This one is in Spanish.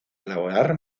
elaborar